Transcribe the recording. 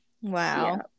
Wow